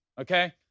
okay